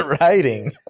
writing